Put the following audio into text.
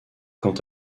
quant